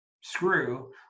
screw